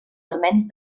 armenis